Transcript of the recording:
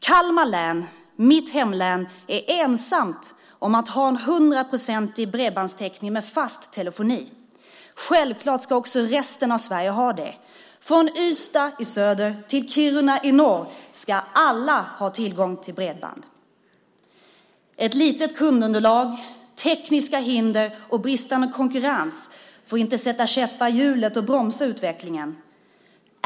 Kalmar län, mitt hemlän, är ensamt om att ha en 100-procentig bredbandstäckning med fast telefoni. Självklart ska också resten av Sverige ha det. Från Ystad i söder till Kiruna i norr ska alla ha tillgång till bredband. Ett litet kundunderlag, tekniska hinder och bristande konkurrens får inte sätta käppar i hjulet och bromsa utvecklingen.